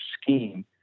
scheme